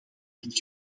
dit